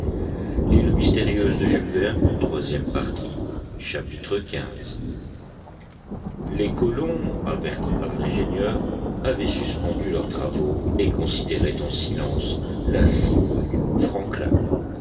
l'air chapitre xv les colons avertis par l'ingénieur avaient suspendu leurs travaux et considéraient en silence la cime du mont franklin